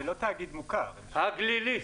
נמרוד הגלילי,